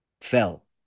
fell